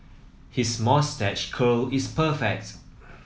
his moustache curl is perfect